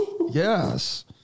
Yes